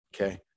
Okay